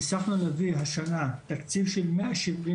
הצלחנו להביא השנה תקציב של מאה שבעים